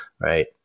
right